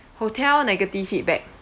hotel negative feedback